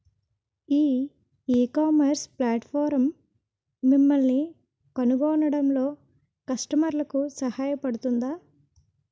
ఈ ecommerce platform మిమ్మల్ని కనుగొనడంలో కస్టమర్లకు సహాయపడుతుందా?